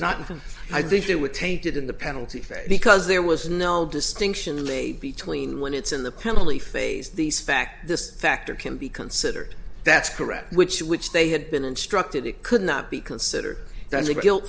been i think they were tainted in the penalty phase because there was no distinction laid between when it's in the penalty phase these fact this factor can be considered that's correct which which they had been instructed it could not be consider